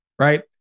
Right